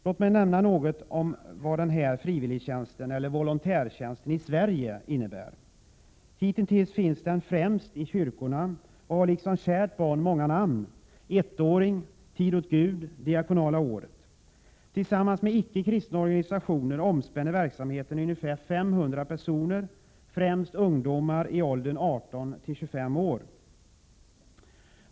Låt mig nämna något om vad den här frivilligtjänsten/volontärtjänsten i Sverige innebär. Hitintills finns den främst inom kyrkorna och har liksom kärt barn många namn: Ett-åring, Tid åt Gud och Diakonala året. Tillsammans med icke kristna organisationer omspänner verksamheten ca 500 personer, främst ungdomar i åldern 18-25 år.